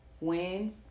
wins